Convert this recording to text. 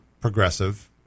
progressive